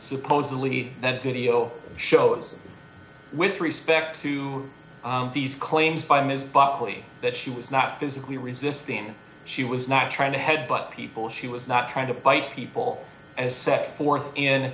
supposedly that video shows with respect to these claims by ms but fully that she was not physically resisting she was not trying to head butt people she was not trying to buy people as set forth in